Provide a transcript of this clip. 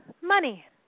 money